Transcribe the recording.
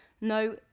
no